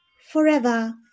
forever